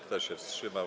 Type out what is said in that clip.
Kto się wstrzymał?